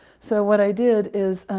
so what i did is.